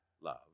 love